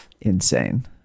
insane